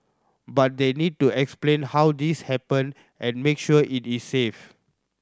but they need to explain how this happened and make sure it is safe